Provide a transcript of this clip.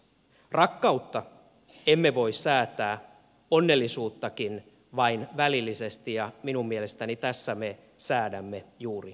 rakkautta emme voi säätää onnellisuuttakin vain välillisesti ja minun mielestäni tässä me säädämme juuri sitä